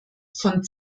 von